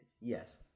Yes